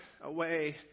away